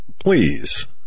please